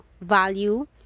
value